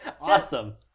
Awesome